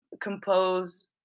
compose